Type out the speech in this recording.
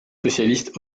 socialistes